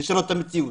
לשנות את המציאות.